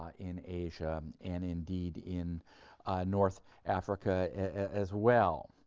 ah in asia and indeed in north africa as well.